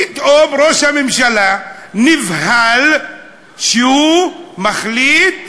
פתאום ראש הממשלה נבהל, והוא מחליט,